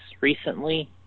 recently